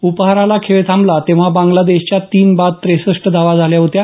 उपाहाराला खेळ थांबला तेंव्हा बांगलादेशच्या तीन बाद त्रेसष्ट धावा झाल्या होत्या